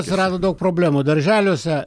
atsirado daug problemų darželiuose